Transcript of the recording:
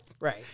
Right